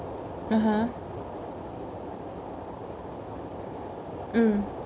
(uh huh) mm